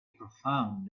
profound